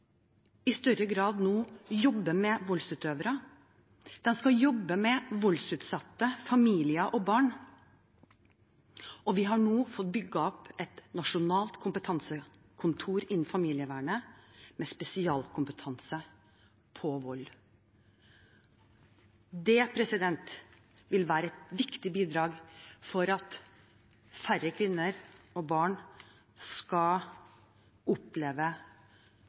i større grad jobbe med voldsutøvere. De skal jobbe med voldsutsatte familier og barn. Vi har fått bygget opp et nasjonalt kompetansekontor innen familievernet med spesialkompetanse på vold. Det vil være et viktig bidrag for at færre kvinner og barn skal oppleve